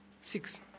six